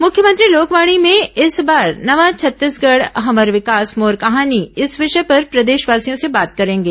मुख्यमंत्री लोकवाणी में इस बार नवा छत्तीसगढ़ हमर विकास मोर कहानी विषय पर प्रदेशवासियों से बात करेंगे